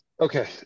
Okay